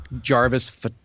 Jarvis